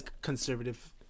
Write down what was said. conservative